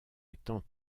étant